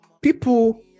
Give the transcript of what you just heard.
people